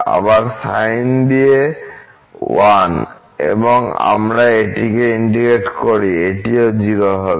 আবার sin x দিয়ে 1 এবং আমরা এটি ইন্টিগ্রেট করি এটিও 0 হবে